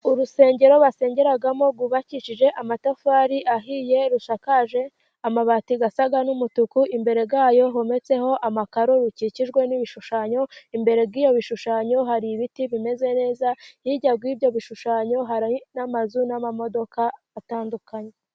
Urusengero basengeramo rwubakishije amatafari ahiye rushakaje amabati asa n'umutuku . Imbere zayo hometseho amakaro. Rukikijwe n'ibishushanyo imbere z'ibyo bishushanyo hari ibiti bimeze neza . Hirya y'ibyo bishushanyo hari n'amazu n'amamodoka atandukanye.